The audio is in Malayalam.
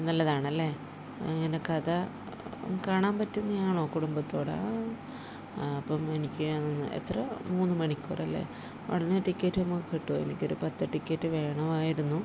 നല്ലതാണല്ലേ എങ്ങനെ കഥ കാണാൻ പറ്റുന്നത് ആണോ കുടുമ്പത്തോടെ ആ അപ്പം എനിക്ക് എത്ര മൂന്ന് മണിക്കൂറല്ലേ ഉടനെ ടിക്കറ്റ് നമുക്ക് കിട്ടുമോ എനിക്ക് ഒരു പത്ത് ടിക്കറ്റ് വേണമായിരുന്നു